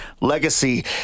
Legacy